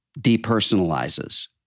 depersonalizes